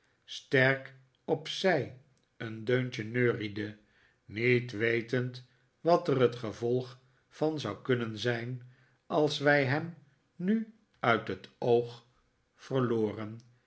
sterk op zij een deuntje neuriede niet wetend wat er het gevolg van zou kunnen zijn als wij hem nu uit het oog verloren